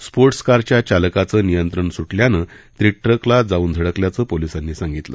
sports कारच्या चालकाचं नियंत्रण सुटल्यानं ती ट्रकला जाऊन धडकल्याचं पोलिसांनी सांगितलं